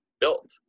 built